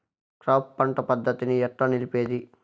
Crop పంట పద్ధతిని ఎట్లా నిలిపేది?